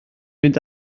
fynd